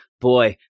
boy